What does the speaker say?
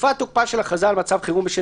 בתקופת תוקפה של הכרזה על מצב חירום בשל